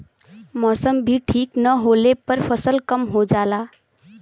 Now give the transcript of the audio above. मौसम भी ठीक न होले पर फसल कम हो जाला